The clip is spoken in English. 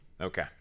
Okay